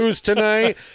tonight